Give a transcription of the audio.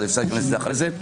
אפשר להיכנס לזה אחרי זה.